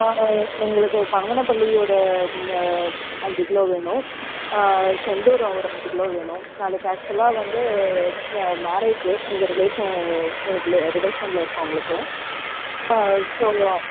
ஆ எங்களுக்கு பங்கனப்பள்ளி ஒரு ம் அ அஞ்சு கிலோ வேணும் செந்தூரம் ஒரு அஞ்சு கிலோ வேணும் நாளைக்கு ஆக்ஷுவலாக வந்து மேரேஜ்ஜி எங்கள் ரிலேஷன் இது ரிலே ரிலேஷனில் இருக்கவர்களுக்கு ஸோ அது ஸோ